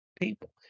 people